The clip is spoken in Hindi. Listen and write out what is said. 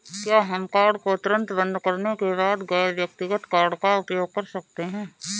क्या हम कार्ड को तुरंत बंद करने के बाद गैर व्यक्तिगत कार्ड का उपयोग कर सकते हैं?